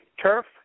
TURF